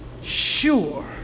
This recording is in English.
Sure